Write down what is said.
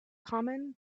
common